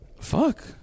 fuck